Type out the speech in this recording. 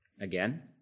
again